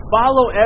follow